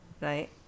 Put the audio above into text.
right